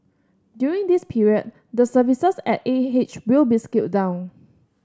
during this period the services at A H will be scaled down